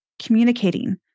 communicating